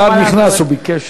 השר נכנס, הוא ביקש.